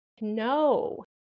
no